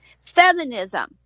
Feminism